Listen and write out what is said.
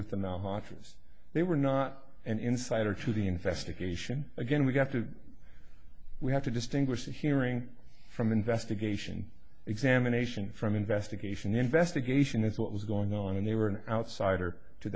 office they were not an insider to the investigation again we've got to we have to distinguish the hearing from investigation examination from investigation investigation that's what was going on and they were an outsider to